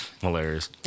Hilarious